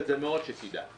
אני מעריך את זה מאוד, דע לך.